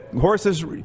horses